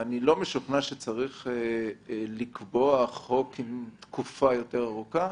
אני לא משוכנע שצריך לקבוע חוק עם תקופה יותר ארוכה,